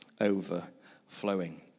overflowing